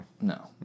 No